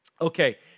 Okay